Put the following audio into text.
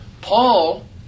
Paul